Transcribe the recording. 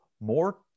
more